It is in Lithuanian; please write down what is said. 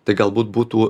tai galbūt būtų